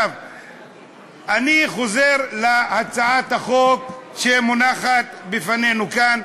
אני חוזר להצעת החוק שמונחת בפנינו כאן,